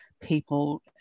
people